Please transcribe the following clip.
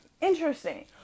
interesting